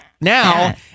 now